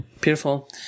beautiful